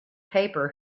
paper